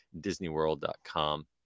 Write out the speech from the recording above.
Disneyworld.com